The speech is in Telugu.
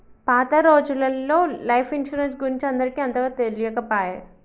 పాత రోజులల్లో లైఫ్ ఇన్సరెన్స్ గురించి అందరికి అంతగా తెలియకపాయె